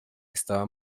estaba